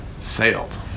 sailed